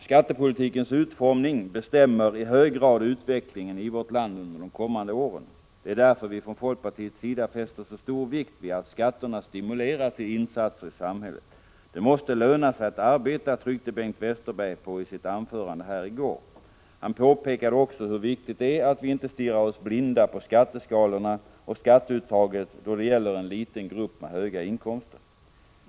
Skattepolitikens utformning bestämmer i hög grad utvecklingen ii vårt land under de kommande åren. Det är därför vi från folkpartiets sida fäster så stor vikt vid att skatterna stimulerar till insatser i samhället. Det måste löna sig att arbeta, tryckte Bengt Westerberg på i sitt anförande här i går. Han påpekade också hur viktigt det är att vi inte stirrar oss blinda på skatteskalorna och skatteuttaget då det gäller en liten grupp med höga inkomster.